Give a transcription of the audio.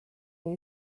või